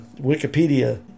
Wikipedia